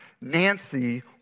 Nancy